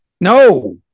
No